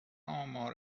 امار